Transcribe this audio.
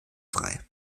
frei